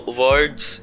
words